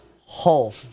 whole